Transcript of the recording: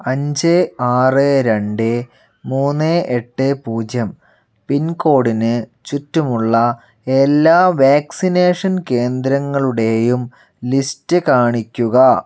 അഞ്ച് ആറ് രണ്ട് മൂന്ന് എട്ട് പൂജ്യം പിൻകോഡിന് ചുറ്റുമുള്ള എല്ലാ വാക്സിനേഷൻ കേന്ദ്രങ്ങളുടെയും ലിസ്റ്റ് കാണിക്കുക